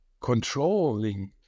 controlling